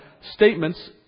statements